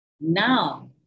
Now